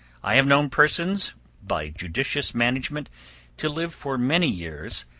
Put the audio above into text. i have known persons by judicious management to live for many years,